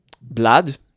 blood